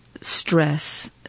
stress